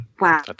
Wow